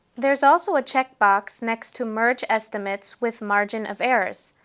there is also a checkbox next to merge estimates with margin of errors,